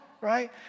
right